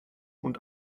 und